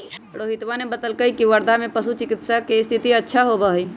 रोहितवा ने बतल कई की वर्धा में पशु चिकित्सा के स्थिति अच्छा होबा हई